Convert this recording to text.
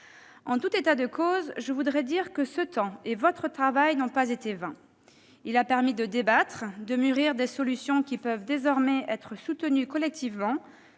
En tout état de cause, je voudrais dire que ce temps et votre travail n'ont pas été vains. Il a permis de débattre, de mûrir des solutions qui peuvent désormais être soutenues collectivement